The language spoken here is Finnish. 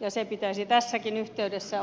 ja se pitäisi tässäkin yhteydessä ottaa huomioon